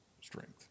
strength